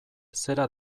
zera